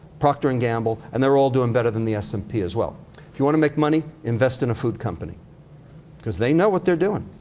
proctor and gamble, and they're all doing better than the s and p as well. if you wanna make money, invest in a food company cause they know what they're doing.